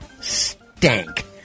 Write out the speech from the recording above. Stank